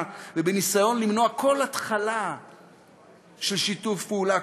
וניסיון למנוע כל התחלה של שיתוף פעולה,